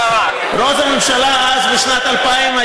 בשנת 2000,